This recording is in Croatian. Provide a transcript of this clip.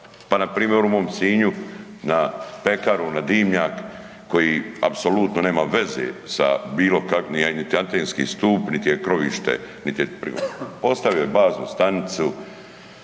pa npr. u mom Sinju na pekaru na dimnjak koji apsolutno nema veze sa bilo kakvim, nit je antenski stup, nit je krovište, nit je, postavio je baznu stanicu